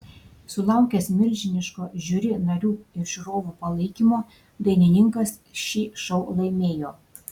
sulaukęs milžiniško žiuri narių ir žiūrovų palaikymo dainininkas šį šou laimėjo